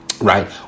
right